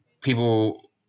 people